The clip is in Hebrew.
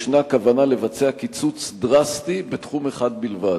יש כוונה לבצע קיצוץ דרסטי בתחום אחד בלבד,